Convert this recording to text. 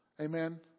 Amen